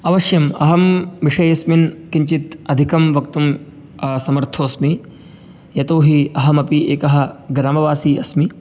अवश्यं अहं विषयेऽस्मिन् किञ्चित् अधिकं वक्तुं असमर्थोऽस्मि यतोहि अहमपि एकः ग्रामवासी अस्मि